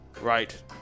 Right